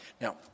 now